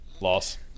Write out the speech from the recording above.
Loss